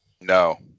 No